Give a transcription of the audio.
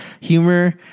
humor